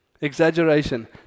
Exaggeration